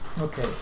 Okay